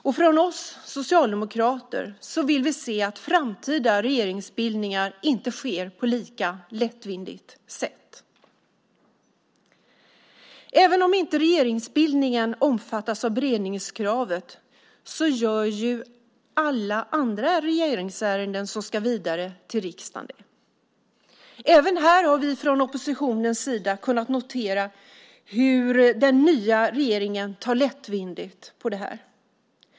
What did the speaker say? Vi socialdemokrater vill se att framtida regeringsbildningar inte sker på lika lättvindigt sätt. Även om inte regeringsbildningen omfattas av beredningskravet gör alla andra regeringsärenden som ska vidare till riksdagen det. Även här har vi från oppositionens sida kunnat notera hur den nya regeringen tar lättvindigt på det här.